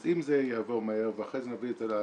אז אם זה יעבור מהר ואחרי זה נביא את זה